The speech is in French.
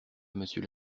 monsieur